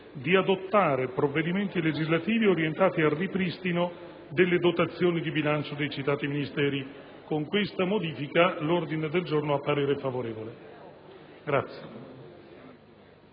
di adottare provvedimenti legislativi orientati al ripristino delle dotazioni di bilancio dei citati Ministeri». Con questa modifica l'ordine del giorno ha parere favorevole.